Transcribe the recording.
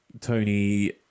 Tony